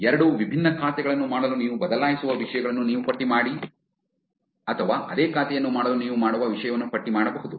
ಎರಡು ವಿಭಿನ್ನ ಖಾತೆಗಳನ್ನು ಮಾಡಲು ನೀವು ಬದಲಾಯಿಸುವ ವಿಷಯಗಳನ್ನು ನೀವು ಪಟ್ಟಿ ಮಾಡಬಹುದು ಅಥವಾ ಅದೇ ಖಾತೆಯನ್ನು ಮಾಡಲು ನೀವು ಮಾಡುವ ವಿಷಯಗಳನ್ನು ಪಟ್ಟಿ ಮಾಡಬಹುದು